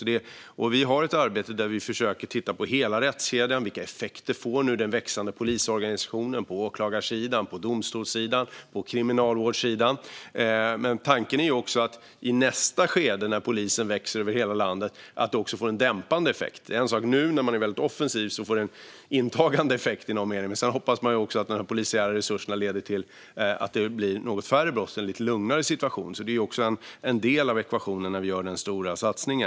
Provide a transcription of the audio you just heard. I vårt arbete försöker vi titta på hela rättskedjan, vilka effekter den växande polisorganisationen får och vad som händer på åklagarsidan, domstolsidan och kriminalvårdssidan. Tanken är också att det i nästa skede, då antalet poliser ökar i hela landet, får en dämpande effekt. Det är en sak nu när man är väldigt offensiv och det blir en så att säga intagande effekt. Men vi hoppas också att de polisiära resurserna ska leda till att det blir något färre brott och en något lugnare situation. Detta är en del av ekvationen när vi gör denna stora satsning.